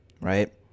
right